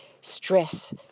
stress